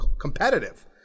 competitive